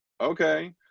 okay